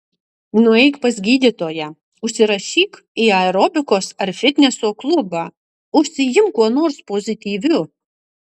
nueik pas gydytoją užsirašyk į aerobikos ar fitneso klubą užsiimk kuo nors pozityviu